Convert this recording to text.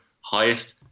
highest